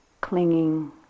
clinging